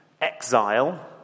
exile